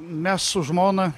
mes su žmona